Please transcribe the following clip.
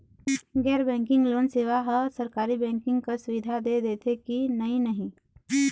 गैर banking loan सेवा हा सरकारी बैंकिंग कस सुविधा दे देथे कि नई नहीं?